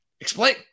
Explain